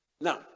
now